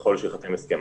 ככל שייחתם הסכם.